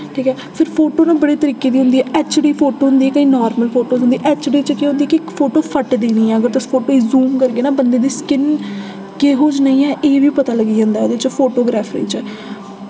ठीक ऐ फिर फोटो ना बड़े तरीके दी होंदी ऐ एच डी फोटो होंदी इक्क इ'यां नार्मल फोटो होंदी एच डी च केह् होंदी की फोटो फट्टदी नि ऐ अगर तुस फोटो गी जूम करगे ना बंदे दी स्किन केहो जनेही ऐ एह् बी पता लग्गी जंदा उदे च फोटोग्राफ्री च